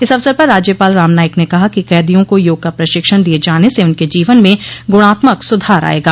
इस अवसर पर राज्यपाल राम नाईक ने कहा कि कैदियों को योग का प्रशिक्षण दिये जाने से उनके जीवन में गुणात्मक सुधार आयेगा